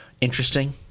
interesting